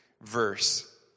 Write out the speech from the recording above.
verse